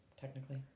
technically